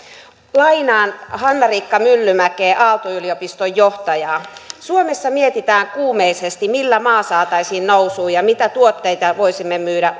lainaan hanna riikka myllymäkeä aalto yliopiston johtajaa suomessa mietitään kuumeisesti millä maa saataisiin nousuun ja mitä tuotteita voisimme myydä